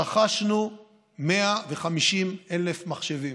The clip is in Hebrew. רכשנו 150,000 מחשבים,